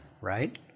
right